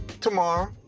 tomorrow